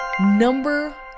Number